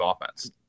offense